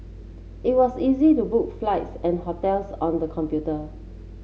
it was easy to book flights and hotels on the computer